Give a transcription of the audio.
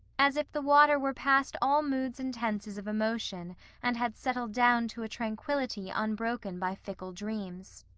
as if the water were past all moods and tenses of emotion and had settled down to a tranquility unbroken by fickle dreams.